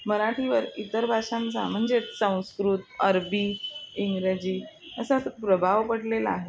मराठीवर इतर भाषांचा म्हणजेच संस्कृत अरबी इंग्रजी असा असा प्रभाव पडलेला आहे